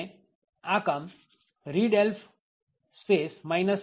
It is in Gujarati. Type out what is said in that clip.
આપણે આ કામ readelf x